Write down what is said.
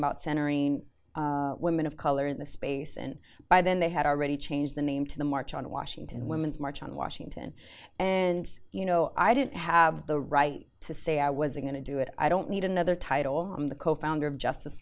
about centering women of color in the space and by then they had already changed the name to the march on washington women's march on washington and you know i didn't have the right to say i was going to do it i don't need another title i'm the co founder of justice